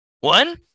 One